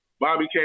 Bobby